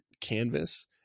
canvas